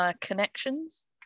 connections